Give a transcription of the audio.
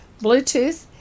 Bluetooth